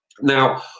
now